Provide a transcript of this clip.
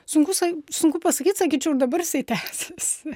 sunkus sunku pasakyt sakyčiau dabar jisai tęsiasi